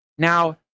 Now